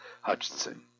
Hutchinson